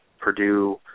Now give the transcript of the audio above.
Purdue